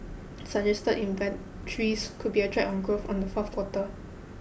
suggest inventories could be a drag on growth on the fourth quarter